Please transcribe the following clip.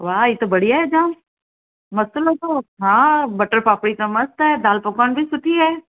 वाह ई त बढ़िया आहे जाम मस्तु लॻव हा बटन पापड़ी त मस्तु आहे दाल पकवान बि सुठी आहे